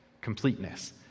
completeness